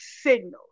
signals